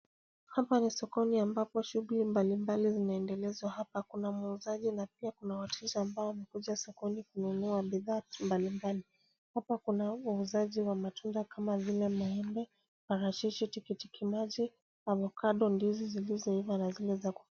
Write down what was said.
Hapa ni sokoni ambapo shuguli mbali mbali zinaendelezwa. Hapa kuna muuzaji na pia kuna wateja ambao wamekuja sokoni kununua bidhaa mbali mbali. Hapa kuna wauzaji wa matunda kama vile maembe, parachichi, tikitikimaji, avokado na ndizi zilizoiva na zile zakupika.